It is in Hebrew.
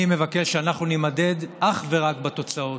אני מבקש שאנחנו נימדד אך ורק בתוצאות,